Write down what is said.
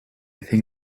think